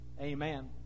amen